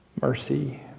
mercy